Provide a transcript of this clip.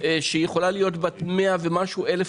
שהיא יכולה להיות בת כ-100,000 תושבים.